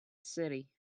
city